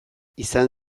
izan